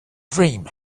dream